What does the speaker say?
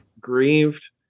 grieved